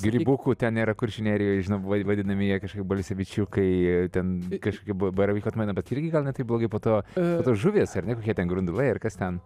grbukų ten yra kuršių nerijoj žinau vadinami jie kažkaip balsevičiukai ten kažkokia baravykų atmaina bet irgi gal ne taip blogai po to po to žuvis ar ne kokie ten grundulai ar kas ten